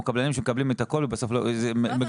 קבלנים שמקבלים את הכול ובסוף לא מגלגלים,